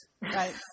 right